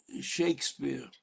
Shakespeare